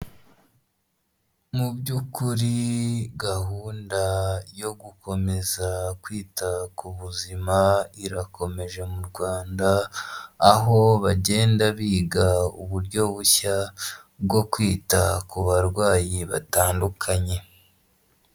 Mu by'ukuri gahunda yo gukomeza kwita ku buzima irakomeje mu Rwanda, aho bagenda biga uburyo bushya bwo kwita ku barwayi batandukanye.